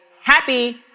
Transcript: happy